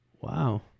Wow